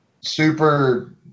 super